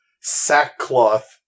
sackcloth